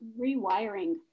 rewiring